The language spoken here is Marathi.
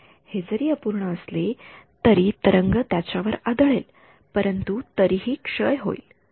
तर हे जरी अपूर्ण असले तरी तरंग त्याच्यावर आदळेल परंतु तरीही ती क्षय होईल